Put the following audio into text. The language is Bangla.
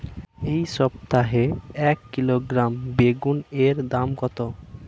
এই সপ্তাহে এক কিলোগ্রাম বেগুন এর দাম কত?